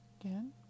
Again